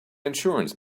insurance